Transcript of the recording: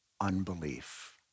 unbelief